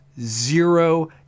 zero